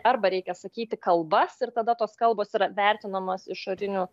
arba reikia sakyti kalbas ir tada tos kalbos yra vertinamos išorinių